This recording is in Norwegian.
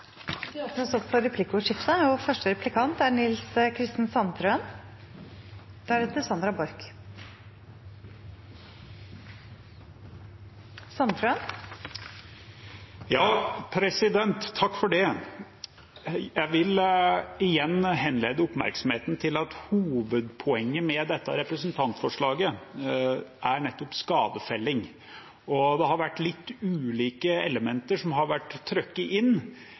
replikkordskifte. Jeg vil igjen henlede oppmerksomheten på at hovedpoenget med dette representantforslaget er nettopp skadefelling. Det har vært litt ulike elementer som har vært trukket inn.